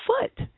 foot